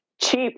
cheap